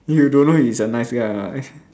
you don't know he's a nice guy or not